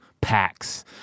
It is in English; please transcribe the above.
packs